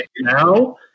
Now